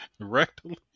rectally